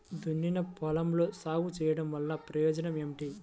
దున్నిన పొలంలో సాగు చేయడం వల్ల ప్రయోజనం ఏమిటి?